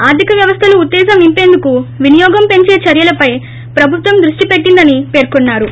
ఆర్దిక వ్యవస్థలో ఉత్తేజం నింపేందుకు వినియోగం పెంచే చర్యలపై ప్రభుత్వం దృష్టి పెట్టిందని పేర్కొన్సారు